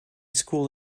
school